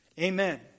Amen